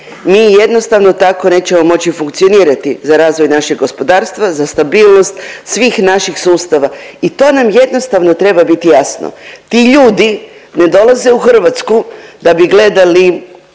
Mi jednostavno tako nećemo moći funkcionirati za razvoj našeg gospodarstva za stabilnost svih naših sustava i to nam jednostavno treba biti jasno. Ti ljudi ne dolaze u Hrvatsku da bi gledali